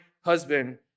husband